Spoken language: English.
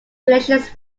relations